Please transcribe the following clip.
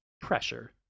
pressure